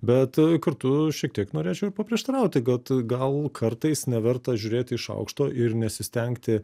bet kartu šiek tiek norėčiau paprieštarauti kad gal kartais neverta žiūrėt iš aukšto ir nesistengti